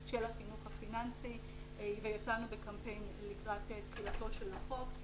של החינוך הפיננסי ויצאנו בקמפיין לקראת תחילתו של החוק.